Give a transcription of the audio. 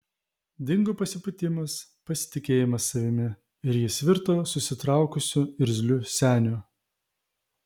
dingo pasipūtimas pasitikėjimas savimi ir jis virto susitraukusiu irzliu seniu